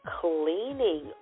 cleaning